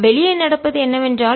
வெளியே நடப்பது என்னவென்றால்